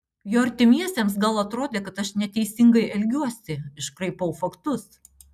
jo artimiesiems gal atrodė kad aš neteisingai elgiuosi iškraipau faktus